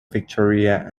victoria